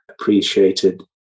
appreciated